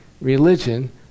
religion